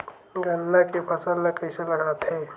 गन्ना के फसल ल कइसे लगाथे?